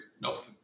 Nope